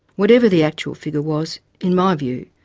whatever the actual figure was, in my view,